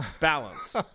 balance